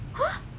!huh!